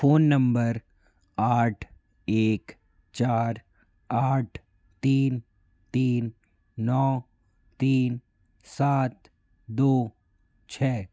phone number आठ एक चार आठ तीन तीन नौ तीन सात दो छः